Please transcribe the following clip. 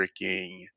freaking